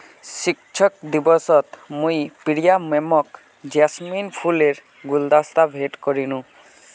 शिक्षक दिवसत मुई प्रिया मैमक जैस्मिन फूलेर गुलदस्ता भेंट करयानू